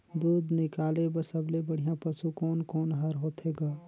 दूध निकाले बर सबले बढ़िया पशु कोन कोन हर होथे ग?